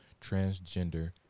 transgender